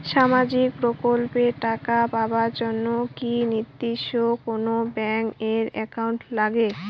সামাজিক প্রকল্পের টাকা পাবার জন্যে কি নির্দিষ্ট কোনো ব্যাংক এর একাউন্ট লাগে?